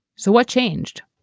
so what changed?